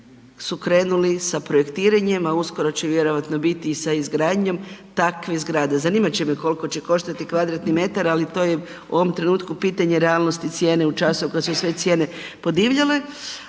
su krenuli sa projektiranjem a uskoro će vjerojatno biti i sa izgradnjom takvih zgrada. Zanimati će me koliko će koštati kvadratni metar ali to je u ovom trenutku pitanje realnosti cijene u času u kojem su sve cijene podivljale,